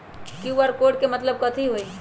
QR code के मतलब कथी होई?